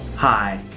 hi.